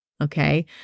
okay